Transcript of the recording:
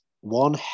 one